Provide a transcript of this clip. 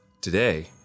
today